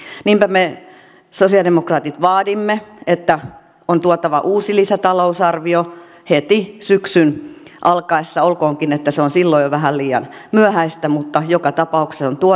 niinpä me sosialidemokraatit vaadimme että on tuotava uusi lisätalousarvio heti syksyn alkaessa olkoonkin että se on silloin jo vähän liian myöhäistä mutta joka tapauksessa se on tuotava